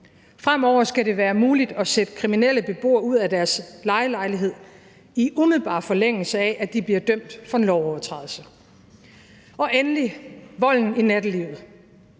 Fremover skal det være muligt at sætte kriminelle beboere ud af deres lejelejlighed, i umiddelbar forlængelse af at de bliver dømt for en lovovertrædelse. Endelig er der volden i nattelivet.